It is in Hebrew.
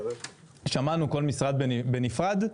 שמענו כל משרד בנפרד,